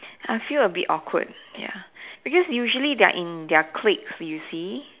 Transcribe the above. I feel a bit awkward ya because usually they're in their clique you see